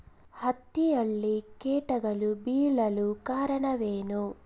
ಹತ್ತಿಯಲ್ಲಿ ಕೇಟಗಳು ಬೇಳಲು ಕಾರಣವೇನು?